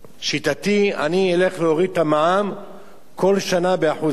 שיטתי, אני אלך להוריד את המע"מ כל שנה ב-1%.